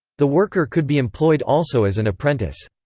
the worker could be employed also as an apprentice.